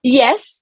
yes